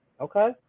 Okay